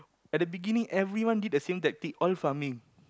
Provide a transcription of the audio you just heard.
at the beginning everyone did the same tactic all farming